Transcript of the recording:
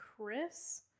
Chris